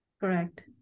Correct